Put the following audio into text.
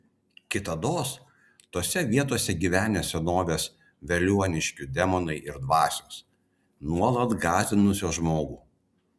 kitados tose vietose gyvenę senovės veliuoniškių demonai ir dvasios nuolat gąsdinusios žmogų